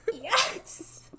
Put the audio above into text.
Yes